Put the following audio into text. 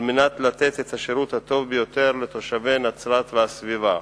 על מנת לתת את השירות הטוב ביותר לתושבי נצרת והסביבה.